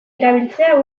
erabiltzea